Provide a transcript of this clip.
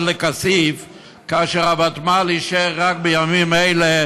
לכסיף כאשר הוותמ"ל אישר רק בימים אלה,